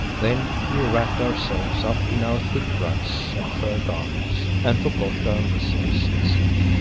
then we wrapped ourselves up in our thick rugs and fur garments and forgot our miseries in sleep.